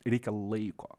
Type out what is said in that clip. reikia laiko